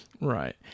Right